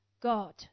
God